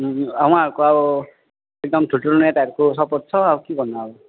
उहाँको अब एकदम ठुल्ठुलो नेताहरूको सपोर्ट छ अब के गर्नु अब